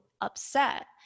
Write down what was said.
upset